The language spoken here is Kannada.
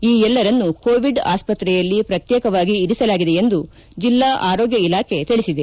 ಈ ಎಲ್ಲರನ್ನೂ ಕೋವಿಡ್ ಆಸ್ಪತ್ರೆಯಲ್ಲಿ ಪ್ರಕ್ಶೇಕವಾಗಿ ಇರಿಸಲಾಗಿದೆ ಎಂದು ಜಿಲ್ಲಾ ಆರೋಗ್ಯ ಇಲಾಖೆ ತಿಳಿಸಿದೆ